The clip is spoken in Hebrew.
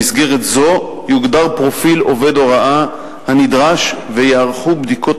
במסגרת זו יוגדר פרופיל עובד הוראה הנדרש וייערכו בדיקות